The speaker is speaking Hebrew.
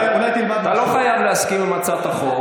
אתה שמעת מה שהוא אמר,